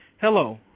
Hello